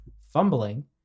fumbling